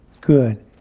good